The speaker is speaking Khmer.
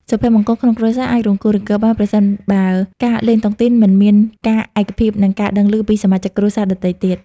សុភមង្គលក្នុងគ្រួសារអាចរង្គោះរង្គើបាន ប្រសិនបើការលេងតុងទីនមិនមានការឯកភាព និងការដឹងឮពីសមាជិកគ្រួសារដទៃទៀត។